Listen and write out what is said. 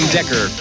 Decker